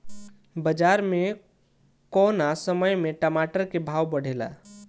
बाजार मे कौना समय मे टमाटर के भाव बढ़ेले?